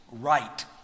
right